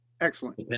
excellent